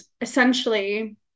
essentially